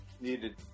Needed